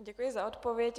Děkuji za odpověď.